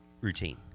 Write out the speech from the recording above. routine